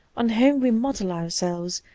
on whom we model ourselves,